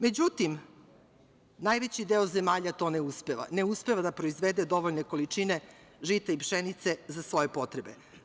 Međutim, najveći deo zemalja to ne uspeva, ne uspeva da proizvede dovoljne količine žita i pšenice za svoje potrebe.